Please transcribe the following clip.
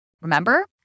Remember